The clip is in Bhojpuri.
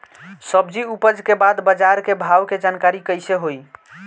सब्जी उपज के बाद बाजार के भाव के जानकारी कैसे होई?